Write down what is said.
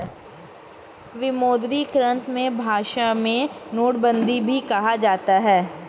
विमुद्रीकरण को सामान्य भाषा में नोटबन्दी भी कहा जाता है